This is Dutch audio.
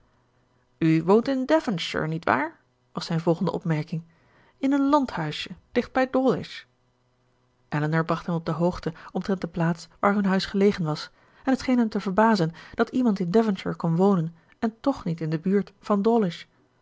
u woont in devonshire niet waar was zijn volgende opmerking in een landhuisje dicht bij dawlish elinor bracht hem op de hoogte omtrent de plaats waar hun huis gelegen was en het scheen hem te verbazen dat iemand in devonshire kon wonen en tch niet in de buurt van dawlish